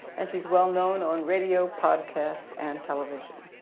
and she's well-known on radio, podcasts, and television.